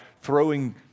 throwing